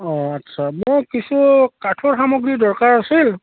অঁ আচ্ছা মোৰ কিছু কাঠৰ সামগ্ৰী দৰকাৰ আছিল